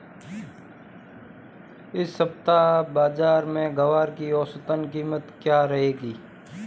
इस सप्ताह बाज़ार में ग्वार की औसतन कीमत क्या रहेगी?